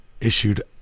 issued